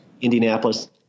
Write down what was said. Indianapolis